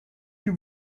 più